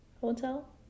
Hotel